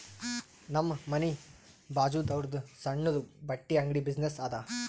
ನಮ್ ಮನಿ ಬಾಜುದಾವ್ರುದ್ ಸಣ್ಣುದ ಬಟ್ಟಿ ಅಂಗಡಿ ಬಿಸಿನ್ನೆಸ್ ಅದಾ